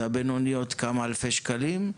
והבינוניות כמה אלפי שקלים,